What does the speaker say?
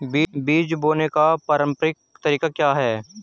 बीज बोने का पारंपरिक तरीका क्या है?